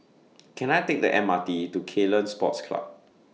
Can I Take The M R T to Ceylon Sports Club